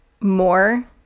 more